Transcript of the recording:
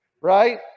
right